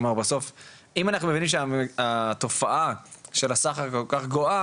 כלומר בסוף אם אנחנו מבינים שהתופעה של הסחר כל כך גואה